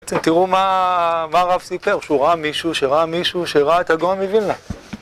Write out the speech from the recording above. תראו מה הרב סיפר, שהוא ראה מישהו שראה מישהו שראה את הגאון מוילנא